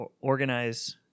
organize